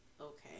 okay